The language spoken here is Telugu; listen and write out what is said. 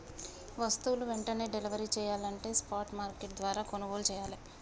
వస్తువులు వెంటనే డెలివరీ చెయ్యాలంటే స్పాట్ మార్కెట్ల ద్వారా కొనుగోలు చెయ్యాలే